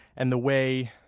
and the way,